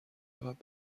عقب